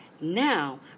Now